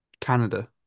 Canada